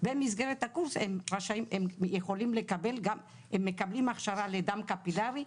הם מקבלים הכשרה לדם קפילרי.